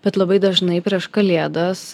bet labai dažnai prieš kalėdas